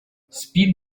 спит